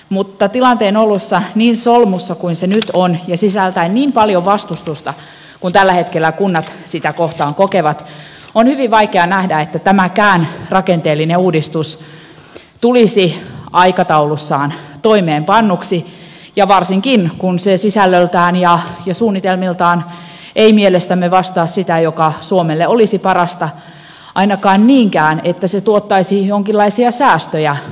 mutta tilanteen ollessa niin solmussa kuin se nyt on ja sisältäen niin paljon vastustusta kuin tällä hetkellä kunnat sitä kohtaan kokevat on hyvin vaikea nähdä että tämäkään rakenteellinen uudistus tulisi aikataulussaan toimeenpannuksi ja varsinkin kun se sisällöltään ja suunnitelmiltaan ei mielestämme vastaa sitä mikä suomelle olisi parasta ainakaan niinkään että se tuottaisi jonkinlaisia säästöjä